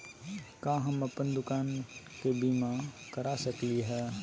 का हम अप्पन दुकान के बीमा करा सकली हई?